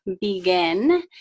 begin